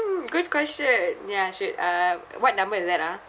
mm good question ya should uh what number is that ah